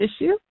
issue